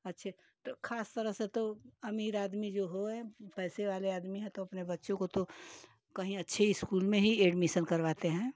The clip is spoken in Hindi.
अच्छे तो खास तरह से तो अमीर आदमी जो है पैसे वाले आदमी है तो अपने बच्चों को तो कहीं अच्छी स्कूल में ही एडमिशन करवाते हैं